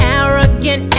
arrogant